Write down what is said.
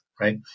right